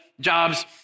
jobs